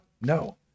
no